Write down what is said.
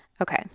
Okay